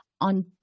on